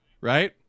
Right